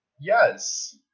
yes